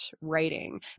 writing